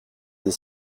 des